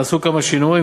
נעשו כמה שינויים,